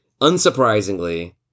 unsurprisingly